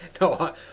No